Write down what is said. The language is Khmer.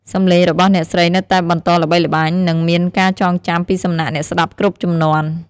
សម្លេងរបស់អ្នកស្រីនៅតែបន្តល្បីល្បាញនិងមានការចងចាំពីសំណាក់អ្នកស្តាប់គ្រប់ជំនាន់។